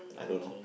I don't know